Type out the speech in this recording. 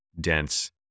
dense